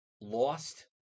lost